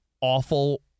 awful